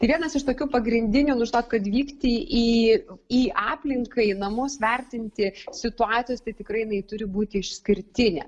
vienas iš tokių pagrindinių nu žinot kad vykti į aplinką į namus vertinti situacijos tai tikrai jinai turi būti išskirtinė